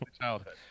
childhood